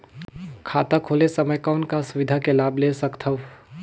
खाता खोले समय कौन का सुविधा के लाभ ले सकथव?